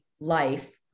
life